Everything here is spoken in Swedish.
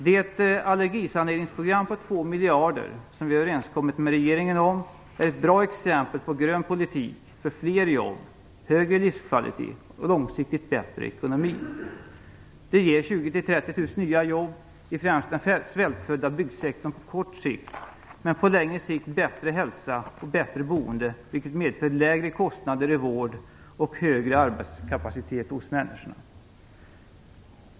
Det allergisaneringsprogram om 2 miljarder som vi har kommit överens med regeringen om är ett bra exempel på grön politik för fler jobb, högre livskvalitet och långsiktigt bättre ekonomi. Det ger 20 000-30 000 nya jobb i främst den svältfödda byggsektorn på kort sikt. På längre sikt ger det bättre hälsa och bättre boende, vilket medför lägre kostnader för vård och högre arbetskapacitet hos människorna.